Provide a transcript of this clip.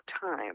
time